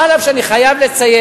אף שאני חייב לציין